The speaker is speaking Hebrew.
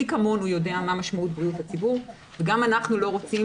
מי כמונו יודע מה משמעות בריאות הציבור וגם אנחנו לא רוצים